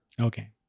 Okay